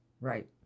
Right